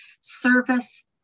service